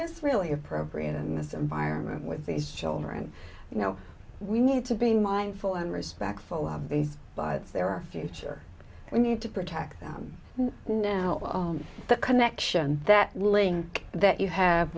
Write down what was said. is really appropriate in this environment with these children you know we need to be mindful and respectful by they're our future we need to protect them now that connection that link that you have